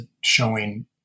showing